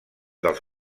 dels